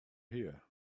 here